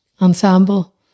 ensemble